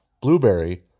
blueberry